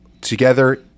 together